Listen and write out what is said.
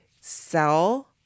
sell